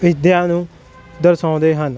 ਵਿਦਿਆ ਨੂੰ ਦਰਸਾਉਂਦੇ ਹਨ